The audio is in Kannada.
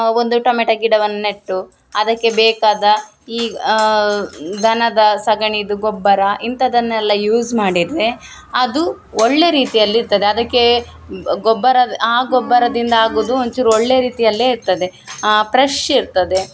ಒಂದು ಟೊಮೆಟ ಗಿಡವನ್ನ ನೆಟ್ಟು ಅದಕ್ಕೆ ಬೇಕಾದ ಈ ದನದ ಸೆಗಣಿದು ಗೊಬ್ಬರ ಇಂಥದನ್ನೆಲ್ಲ ಯೂಸ್ ಮಾಡಿದರೆ ಅದು ಒಳ್ಳೆಯ ರೀತಿಯಲ್ಲಿರ್ತದೆ ಅದಕ್ಕೆ ಗೊಬ್ಬರ ಆ ಗೊಬ್ಬರದಿಂದ ಆಗುವುದು ಒಂಚೂರು ಒಳ್ಳೆಯ ರೀತಿಯಲ್ಲೇ ಇರ್ತದೆ ಪ್ರಶ್ ಇರ್ತದೆ